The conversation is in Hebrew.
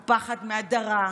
הוא פחד מהדרה,